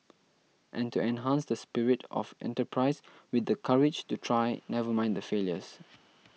and to enhance the spirit of enterprise with the courage to try never mind the failures